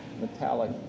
metallic